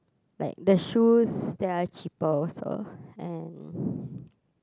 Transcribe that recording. like the shoes they are cheaper also and